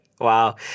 Wow